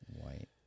White